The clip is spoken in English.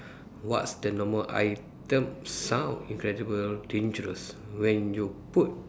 what's the normal item sound incredible dangerous when you put